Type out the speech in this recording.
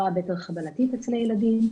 הפרעה בתר-חבלתית אצל הילדים.